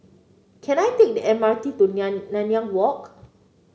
can I take the M R T to Nanyang Walk